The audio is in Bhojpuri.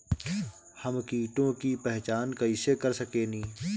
हम कीटों की पहचान कईसे कर सकेनी?